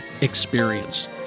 experience